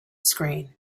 screen